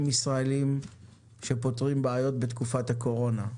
ישראליים שפותרים בעיות בתקופת הקורונה.